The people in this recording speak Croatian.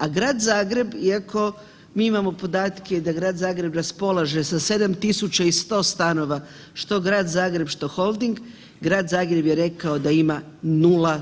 A Grad Zagreb, iako mi imamo podatke da Grad Zagreb raspolaže sa 7100 stanova, što Grad Zagreb, što Holding, Grad Zagreb je rekao da ima 0